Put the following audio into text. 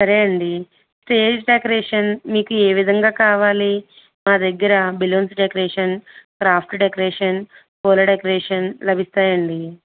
సరే అండి stage decoration మీకు ఏవిధంగా కావాలి మా దగ్గర బెల్లూన్ డెకరేషన్ క్రాఫ్ట్ డెకరేషన్ పూల డెకరేషన్ లభిస్తాయి అండి